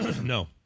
no